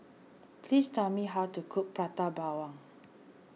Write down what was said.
please tell me how to cook Prata Bawang